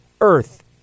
Earth